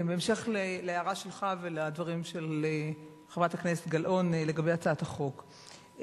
בהמשך להערה שלך ולדברים של חברת הכנסת גלאון לגבי הצעת החוק,